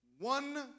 one